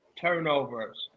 turnovers